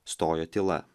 stojo tyla